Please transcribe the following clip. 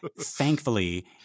Thankfully